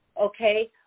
okay